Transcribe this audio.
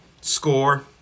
score